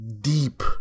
deep